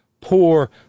poor